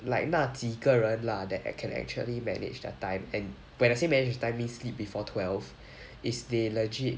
like 那几个人 lah that a~ can actually manage their time and when I say manage their time means sleep before twelve is they legit